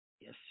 Yes